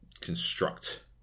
construct